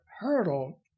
hurdle